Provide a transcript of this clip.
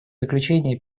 заключения